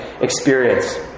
experience